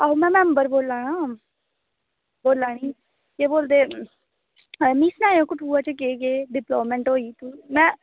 एह् में मेंबर बोल्ला ना एह् केह् आक्खदे एह् सनायो कठुआ च केह् केह् डेवेल्पमेंट होई